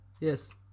Yes